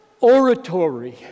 oratory